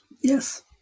yes